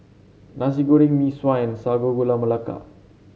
Nasi Goreng Mee Sua and Sago Gula Melaka